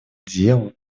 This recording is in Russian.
делу